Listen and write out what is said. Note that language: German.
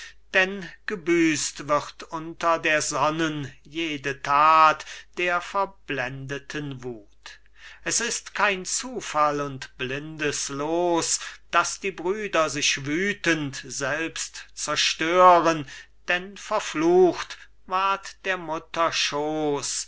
denn gebüßt wird unter der sonnen jede that der verblendeten wuth es ist kein zufall und blindes loos daß die brüder sich wüthend selbst zerstören denn verflucht ward der mutter